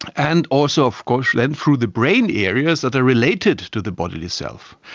and also of course then through the brain areas that are related to the bodily self.